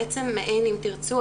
בעצם אם תרצו,